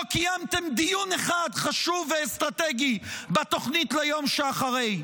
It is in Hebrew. לא קיימתם דיון אחד חשוב ואסטרטגי בתוכנית ליום שאחרי.